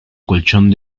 colchón